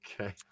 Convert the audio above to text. Okay